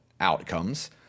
outcomes